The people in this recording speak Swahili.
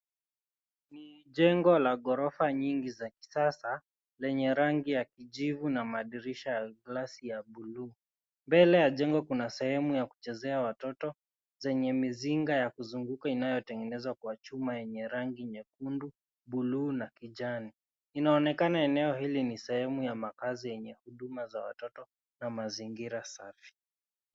Ni jengo la ghorofa nyingi za kisasa lenye rangi ya kijivu na madirisha ya glasi ya buluu. Mbele ya jengo kuna sehemu ya kuchezea ya watoto zenye mizinga ya kuzunguka inayotengenezwa kwa chuma yenye rangi nyekundu buluu na kijani. Inaonekana eneo hili ni sehemu ya makazi yenye huduma za watoto na mazingira safi.